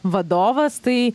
vadovas tai